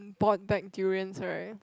bought back durian right